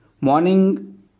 morning